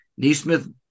Neesmith